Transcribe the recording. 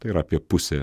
tai yra apie pusė